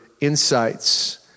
insights